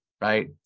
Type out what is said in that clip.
right